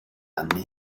anni